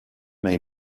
may